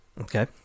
Okay